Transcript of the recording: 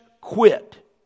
quit